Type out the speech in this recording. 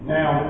Now